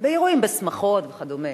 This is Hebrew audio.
באירועים, בשמחות וכו'.